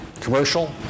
commercial